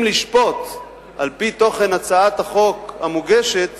אם לשפוט לפי תוכן הצעת החוק המוגשת